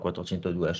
402